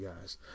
guys